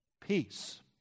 peace